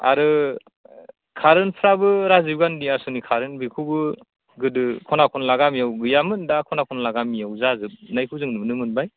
आरो कारेन्टफ्राबो राजिब गान्धीयासोनि कारेन्ट बेखौबो गोदो खना खनला गामियाव गैयामोन दा खना खनला गामियाव जाजोबनायखौ जों नुनो मोनबाय